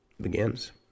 begins